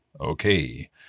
Okay